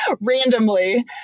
randomly